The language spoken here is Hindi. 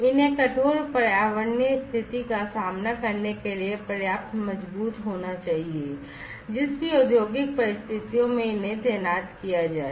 इन्हे कठोर पर्यावरणीय स्थिति का सामना करने के लिए पर्याप्त मजबूत होना चाहिए जिस भी औद्योगिक परिस्थितियों में इन्हे तैनात किया जाए